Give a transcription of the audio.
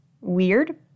Weird